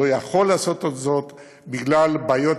ולא יכול לעשות את זה בגלל בעיות